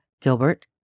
Gilbert